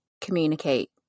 communicate